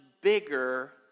bigger